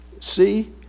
See